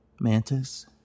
Mantis